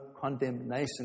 condemnation